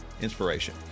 inspiration